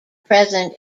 present